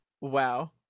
Wow